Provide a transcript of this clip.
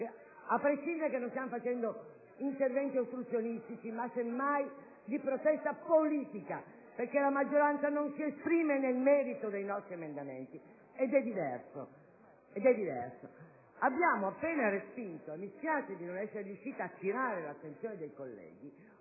a prescindere dal fatto che non stiamo facendo interventi ostruzionistici, ma semmai di protesta politica perché la maggioranza non si esprime nel merito dei nostri emendamenti. E questa è una cosa diversa. Abbiamo appena respinto - mi dispiace di non essere riuscita ad attirare l'attenzione dei colleghi